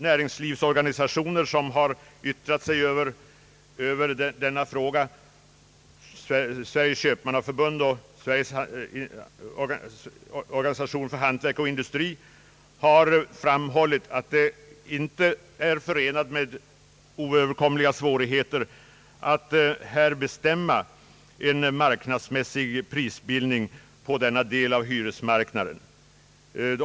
Näringslivsorganisationer, som har yttrat sig över denna fråga — Sveriges köpmannaförbund och Sveriges hantverksoch industriorganisation — har framhållit att det inte är förenat med oöverkomliga svårigheter att bestämma en marknadsmässig prisbildning på denna del av hyresmarknaden.